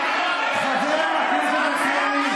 אני קורא אותך לסדר פעם שנייה.